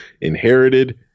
inherited